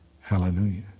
Hallelujah